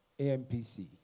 AMPC